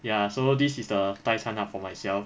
ya so this is the 代餐 lah for myself